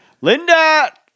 Linda